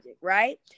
right